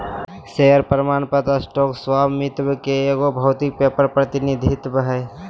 share प्रमाण पत्र stock स्वामित्व के एगो भौतिक पेपर प्रतिनिधित्व हइ